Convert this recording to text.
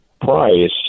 price